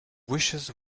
wishes